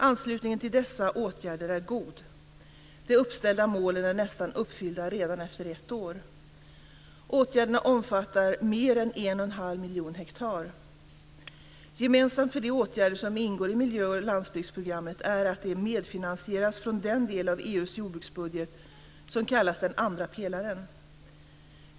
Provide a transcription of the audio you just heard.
Anslutningen till dessa åtgärder är god. De uppställda målen är nästan uppfyllda redan efter ett år. Åtgärderna omfattar mer än en och en halv miljon hektar. Gemensamt för de åtgärder som ingår i miljö och landsbygdsprogrammet är att de medfinansieras från den del av EU:s jordbruksbudget som kallas den andra pelaren.